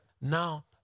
Now